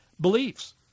beliefs